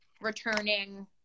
returning